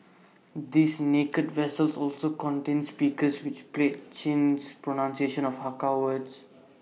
these 'naked' vessels also contain speakers which play Chin's pronunciation of Hakka words